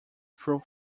through